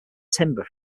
timber